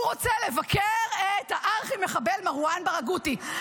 הוא רוצה לבקר את הארכי-מחבל מרואן ברגותי.